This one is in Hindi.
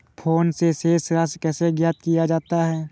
फोन से शेष राशि कैसे ज्ञात किया जाता है?